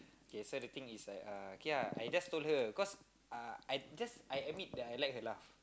okay so the thing is like uh k ah I just told her cause ah I just I admit that I like her laugh